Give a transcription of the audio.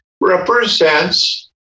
represents